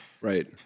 Right